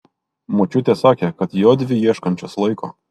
močiutė sakė kad jodvi ieškančios laiko